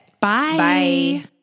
Bye